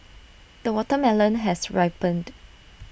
the watermelon has ripened